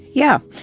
yeah.